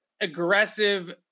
aggressive –